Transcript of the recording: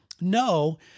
No